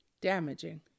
damaging